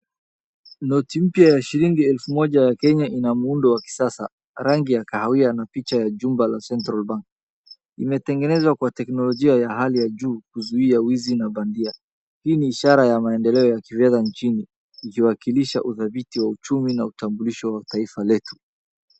Noti mpya ya shilingi elfu moja ya Kenya ina muundo wa kisasa, rangi ya kahawia na picha la jumba la Central bank. Imetengenzwa kwa teknoloji ya hali ya juu kuzuia uwizi na bandia. Hii ni ishara ya maendeleo ya kifedha nchini ikiwakilisha udhabiti wa uchumi na utambulisho wa taifa letu.